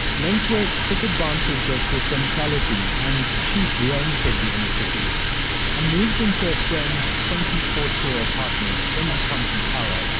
lensway took advantage of the centrality and cheap rent of the inner city and moved into a friend's twenty fourth floor apartment in ponte tower.